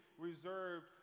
reserved